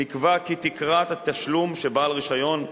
נקבע כי תקרת התשלום שבעל רשיון רט"ן,